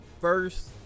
first